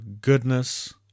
goodness